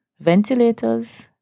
ventilators